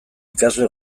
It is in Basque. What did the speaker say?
ikasle